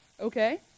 okay